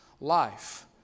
life